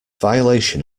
violation